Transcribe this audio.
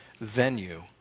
venue